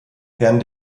herrn